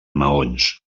maons